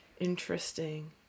Interesting